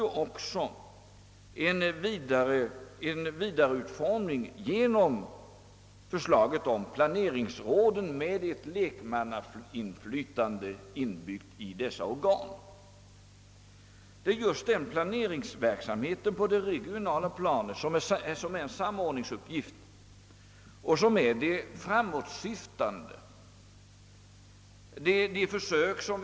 Organisationen fick också en vidare utformning genom planeringsråden med lekmannainflytande inbyggt i dessa organ. Det är just den planeringsverksamheten på det regionala planet som är en viktig samordningsuppgift med sikte på framtiden.